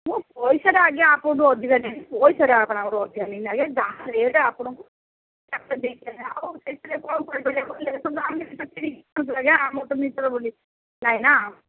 ମୁଁ ପଇସାଟା ଆଜ୍ଞା ଆପଣଙ୍କଠୁ ଅଧିକା ନେଇ ପଇସାଟେ ଆପଣଙ୍କୁ ଅଧିକା ନେଇ ନି ଆଜ୍ଞା ଯାହା ରେଟ୍ ଆପଣଙ୍କୁ ଦେଖନ୍ତୁ ଆଜ୍ଞା ଆମର ନିଜର ବୋଲି ନାଇ ନା